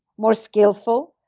more skillful,